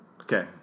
Okay